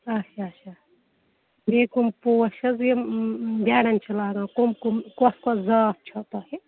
اچھا اچھا بیٚیہِ کٕم پوش حظ یِم بیڈَن چھِ لاگان کٕم کٕم کۄس کۄس زات چھو تۄہہِ